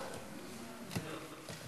הוראת שעה).